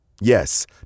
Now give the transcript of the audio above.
Yes